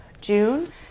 June